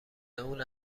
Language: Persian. اون